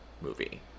movie